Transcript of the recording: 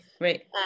right